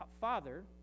father